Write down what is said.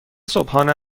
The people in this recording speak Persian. صبحانه